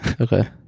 okay